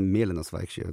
mėlynas vaikščiojo